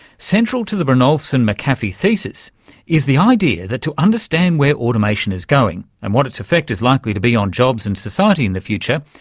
central to the brynjolfsson-mcafee thesis is the idea that to understand where automation is going and what it's effect is likely to be on jobs and society in the future,